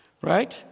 Right